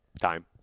Time